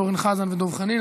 אורן חזן ודב חנין.